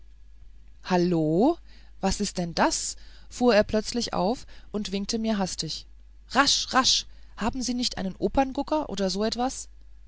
hallo was ist denn das fuhr er plötzlich auf und winkte mir hastig rasch rasch haben sie nicht einen operngucker oder so etwas